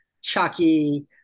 Chucky